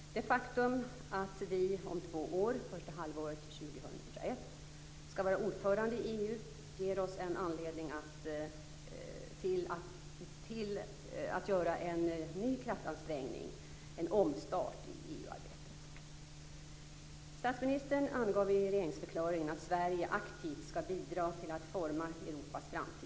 Det faktum att vi om två år, första halvåret 2001, skall vara ordförande i EU ger oss en anledning till att göra en ny kraftansträngning, en omstart i EU-arbetet. Sverige aktivt skall bidra till att forma Europas framtid.